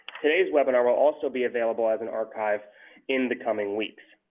today's webinar will also be available as an archive in the coming weeks.